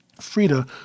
Frida